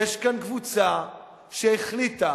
יש כאן קבוצה שהחליטה